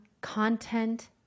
content